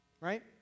Right